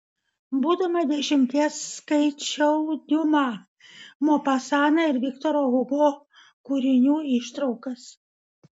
būdama dešimties skaičiau diuma mopasaną ir viktoro hugo kūrinių ištraukas